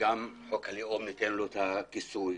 גם חוק הלאום נותן לא את הכיסוי,